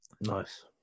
Nice